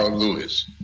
um lewis.